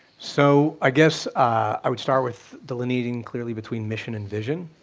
so i guess i would start with delineating clearly between mission and vision,